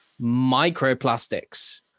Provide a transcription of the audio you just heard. microplastics